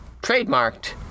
trademarked